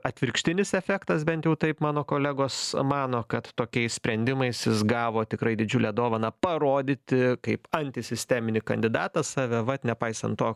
atvirkštinis efektas bent jau taip mano kolegos mano kad tokiais sprendimais jis gavo tikrai didžiulę dovaną parodyti kaip antisisteminį kandidatą save vat nepaisant to